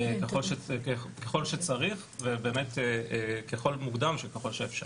ככל שצריך ובאמת מוקדם ככול שאפשר.